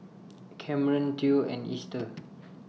Camren Theo and Ester